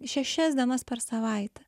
šešias dienas per savaitę